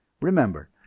remember